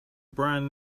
brand